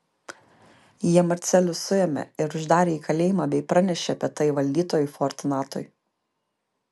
jie marcelių suėmė ir uždarė į kalėjimą bei pranešė apie tai valdytojui fortunatui